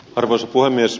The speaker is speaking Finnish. arvoisa puhemies